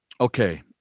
okay